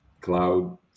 cloud